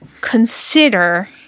consider –